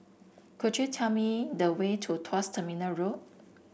could you tell me the way to Tuas Terminal Road